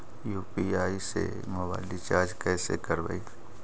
UPI से mobile recharge कैसे करबइ?